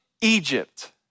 Egypt